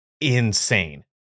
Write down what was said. insane